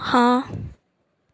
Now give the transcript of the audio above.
ਹਾਂ